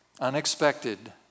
unexpected